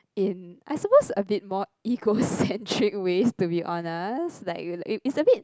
in I suppose a bit more egocentric ways to be honest like it's a bit